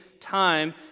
time